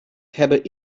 hebben